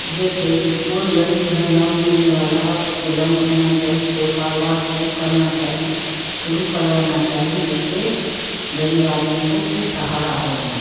دیکھے کہ کون غریب ہے لون لینے والا ہے اس کو لون دینا چاہی کوئی کاروبار شروع کرنا چاہی شروع کروانا چاہی اس سے غریب آدمی کو کچھ سہارا ہو جائے